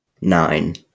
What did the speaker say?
nine